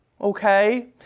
okay